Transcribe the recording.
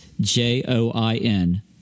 J-O-I-N